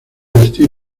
vestir